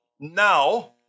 Now